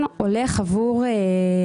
בדיוק.